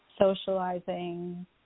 socializing